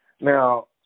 now